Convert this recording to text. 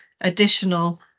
additional